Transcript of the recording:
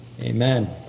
Amen